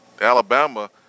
Alabama –